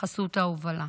בחסות ההובלה.